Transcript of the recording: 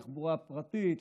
התחבורה הפרטית,